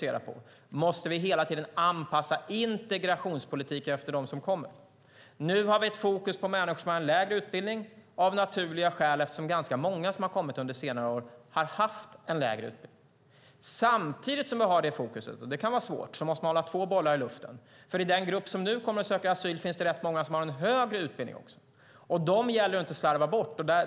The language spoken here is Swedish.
Däremot måste vi hela tiden anpassa integrationspolitiken efter dem som kommer. Det är det som regeringen fokuserar på. Nu har vi av naturliga skäl fokus på människor med lägre utbildning, eftersom ganska många som kommit under senare år haft lägre utbildning. Samtidigt som vi har detta fokus, vilket kan vara svårt, måste vi hålla två bollar i luften. I den grupp som nu kommer att söka asyl finns också rätt många som har högre utbildning, och dem gäller det att inte slarva bort.